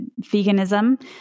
veganism